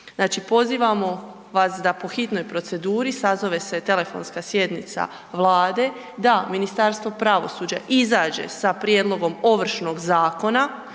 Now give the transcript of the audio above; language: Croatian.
pozivamo vas da po hitnoj proceduri sazove se telefonska sjednica Vlade da Ministarstvo pravosuđa izađe sa prijedlogom Ovršnog zakona